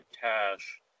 cash